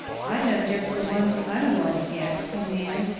i know just the ones i am going to get, said nan.